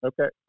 Okay